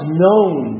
known